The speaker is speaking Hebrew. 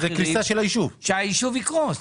שהיישוב יקרוס.